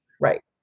right